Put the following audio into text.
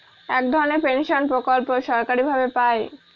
এক ধরনের পেনশন প্রকল্প সরকারি ভাবে পাই